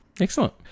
Excellent